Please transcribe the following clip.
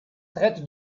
traite